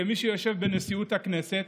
כמי שיושב בנשיאות הכנסת.